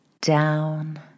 down